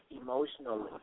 emotionally